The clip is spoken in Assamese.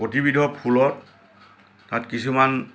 প্ৰতিবিধৰ ফুলত তাত কিছুমান